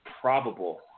probable